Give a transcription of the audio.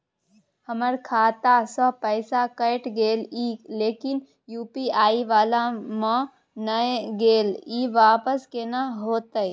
हमर खाता स पैसा कैट गेले इ लेकिन यु.पी.आई वाला म नय गेले इ वापस केना होतै?